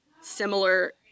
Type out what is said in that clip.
similar